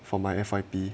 for my F_Y_P